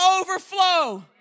overflow